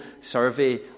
survey